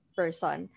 person